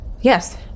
Yes